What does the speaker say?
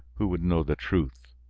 who would know the truth!